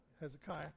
Hezekiah